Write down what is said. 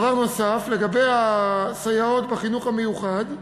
דבר נוסף, לגבי הסייעות בחינוך המיוחד,